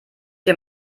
dir